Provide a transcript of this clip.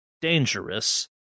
dangerous